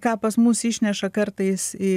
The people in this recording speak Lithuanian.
ką pas mus išneša kartais į